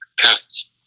Pats